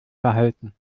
verhalten